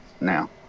now